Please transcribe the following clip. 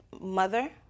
mother